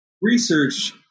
research